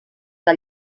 que